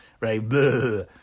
right